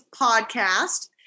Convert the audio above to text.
podcast